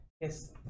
yes